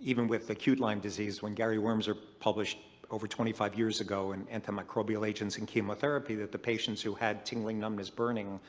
even with acute lyme disease, when gary wormser published over twenty five years ago in antimicrobial agents in chemotherapy that the patients who had tingling numbness burning,